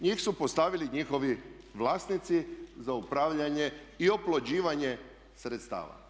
Njih su postavili njihovi vlasnici za upravljanje i oplođivanje sredstava.